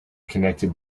connected